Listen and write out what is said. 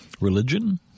Religion